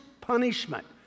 punishment